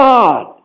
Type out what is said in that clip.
God